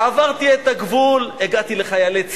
עברתי את הגבול, הגעתי לחיילי צה"ל,